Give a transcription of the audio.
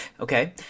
okay